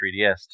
3DS